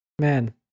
man